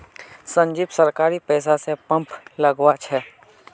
संजीव सरकारी पैसा स पंप लगवा छ